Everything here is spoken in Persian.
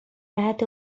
بعد